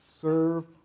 serve